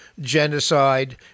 genocide